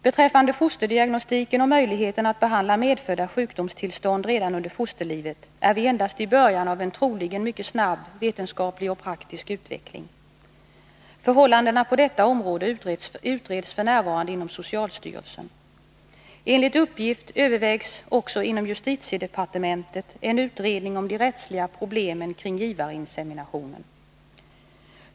Beträffande fosterdiagnostiken och möjligheterna att behandla medfödda sjukdomstillstånd redan under fosterlivet är vi endast i början av en troligen mycket snabb vetenskaplig och praktisk utveckling. Förhållandena på detta område utreds f. n. inom socialstyrelsen. Enligt uppgift övervägs även inom justitiedepartementet en utredning om de rättsliga problemen kring givarinseminationen.